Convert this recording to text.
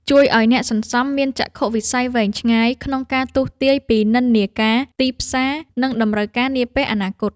វាជួយឱ្យអ្នកសន្សំមានចក្ខុវិស័យវែងឆ្ងាយ ក្នុងការទស្សន៍ទាយពីនិន្នាការទីផ្សារ និងតម្រូវការនាពេលអនាគត។